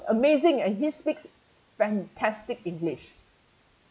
amazing and he speaks fantastic english